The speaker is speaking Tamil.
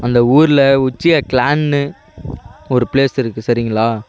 அந்த ஊரில் உச்சிகா க்ளான்னு ஒரு ப்ளேஸ் இருக்குது சரிங்களா